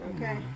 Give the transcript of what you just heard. Okay